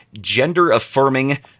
gender-affirming